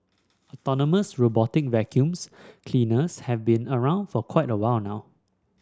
autonomous robotic vacuums cleaners have been around for a while now